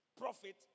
profit